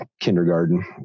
Kindergarten